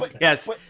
Yes